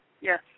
yes